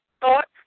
thoughts